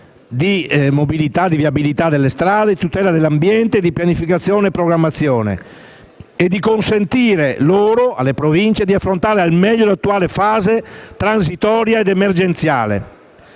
mobilità, viabilità delle strade, tutela dell'ambiente, pianificazione e programmazione, consentendo loro di affrontare al meglio l'attuale fase transitoria ed emergenziale.